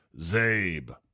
Zabe